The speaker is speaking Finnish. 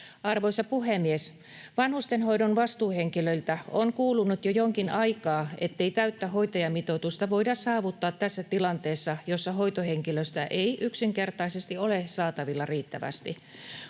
Arvoisa puhemies! Vanhustenhoidon vastuuhenkilöiltä on kuulunut jo jonkin aikaa, ettei täyttä hoitajamitoitusta voida saavuttaa tässä tilanteessa, jossa hoitohenkilöstöä ei yksinkertaisesti ole saatavilla riittävästi.